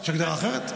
יש הגדרה אחרת?